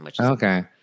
Okay